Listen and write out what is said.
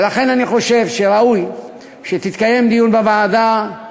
ולכן אני חושב שראוי שיתקיים דיון בוועדה,